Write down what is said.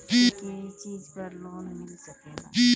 के के चीज पर लोन मिल सकेला?